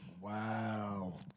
Wow